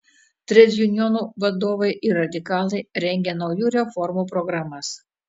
tredjunionų vadovai ir radikalai rengė naujų reformų programas